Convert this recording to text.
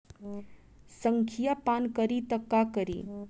संखिया पान करी त का करी?